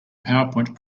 powerpoint